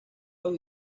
los